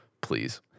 please